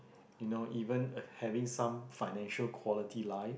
you know even uh having some financial quality life